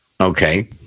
Okay